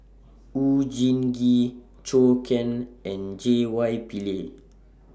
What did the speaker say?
Oon Jin Gee Zhou Can and J Y Pillay